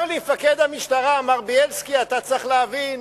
אומר לי מפקד המשטרה: מר בילסקי, אתה צריך להבין,